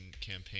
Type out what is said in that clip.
campaign